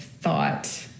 thought